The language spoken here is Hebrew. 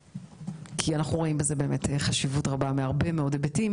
אנחנו רואים בזה חשיבות רבה מהרבה מאוד היבטים,